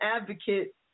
advocate